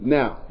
now